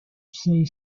say